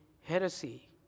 heresy